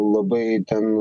labai itin